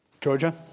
Georgia